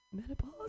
Menopause